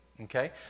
Okay